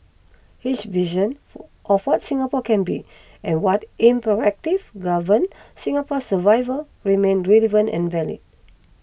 his vision of what Singapore can be and what imperatives govern Singapore's survival remain relevant and valid